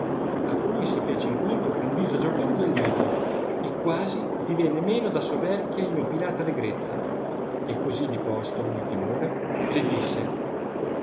a cui si fece incontro con viso giocondo e lieto e quasi divenne meno da soverchi i e inopinata allegrezza e così diposto ogni timore le disse